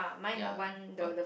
ya